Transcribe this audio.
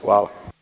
Hvala.